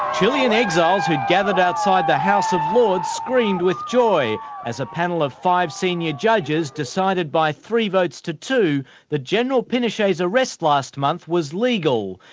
chilean exiles who'd gathered outside the house of lords screamed with joy as a panel of five senior judges decided by three votes to two that general pinochet's arrest last month was legal.